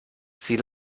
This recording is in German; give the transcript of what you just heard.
sie